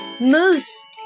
moose